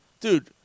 Dude